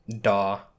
DAW